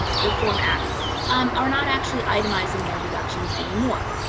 reform act um are not actually itemizing their deductions anymore.